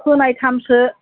फोनायथामसो